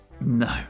No